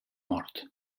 mort